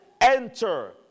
Enter